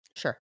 Sure